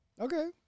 okay